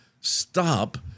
stop